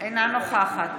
אינה נוכחת